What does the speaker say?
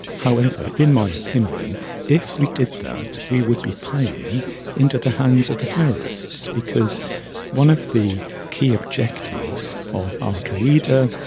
however, in my opinion if we did that we would be playing into the hands of the terrorists because one of the key objectives of al qaeda,